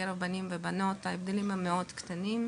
בין בנים לבנות וההבדלים הם מינוריים.